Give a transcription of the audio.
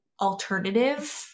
alternative